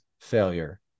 failure